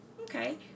Okay